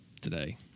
today